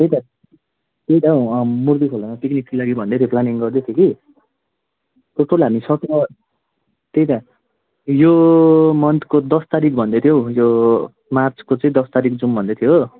त्यही त त्यही त हो अँ मूर्ति खोलामा पिकनिकको लागि भन्दै थियो प्लानिङ गर्दै थियो कि टोटल हामी सत्र त्यही त यो मन्थको दस तारिक भन्दै थियो हो यो मार्चको चाहिँ दस तारिक जाऔँ भन्दै थियो हो